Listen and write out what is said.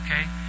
Okay